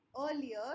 earlier